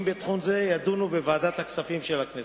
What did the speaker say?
בתחום זה יידונו בוועדת הכספים של הכנסת.